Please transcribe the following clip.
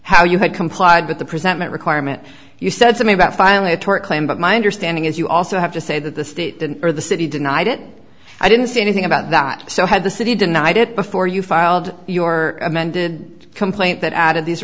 how you had complied with the presentment requirement you said something about finally a tort claim but my understanding is you also have to say that the state didn't or the city denied it i didn't say anything about that so had the city denied it before you filed your amended complaint that added these